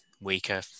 weaker